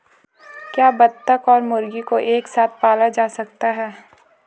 क्या बत्तख और मुर्गी को एक साथ पाला जा सकता है?